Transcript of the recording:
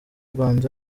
rwanda